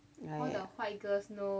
!aiya!